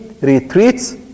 retreats